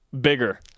Bigger